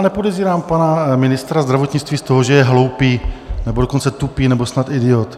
Nepodezírám pana ministra zdravotnictví z toho, že je hloupý, nebo dokonce tupý, nebo snad idiot.